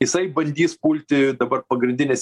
jisai bandys pulti dabar pagrindinias